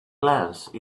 glance